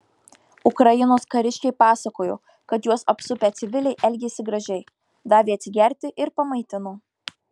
ukrainos kariškiai pasakojo kad juos apsupę civiliai elgėsi gražiai davė atsigerti ir pamaitino